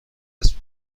است